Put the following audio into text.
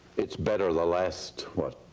it's better the last, what,